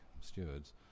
stewards